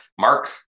mark